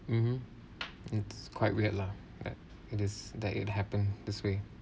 mmhmm it's quite weird lah that it is that it happen this way